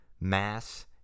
Mass